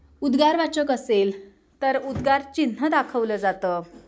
उद्गारवाचक असेल तर उद्गार चिन्ह दाखवलं जातं